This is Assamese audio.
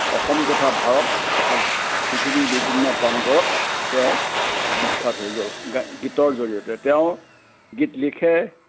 অসম তথা ভাৰত তথা পৃথিৱীৰ বিভিন্ন প্ৰান্তত তেওঁ বিখ্যাত হৈ গ'ল গা গীতৰ জৰিয়তে তেওঁ গীত লিখে